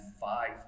five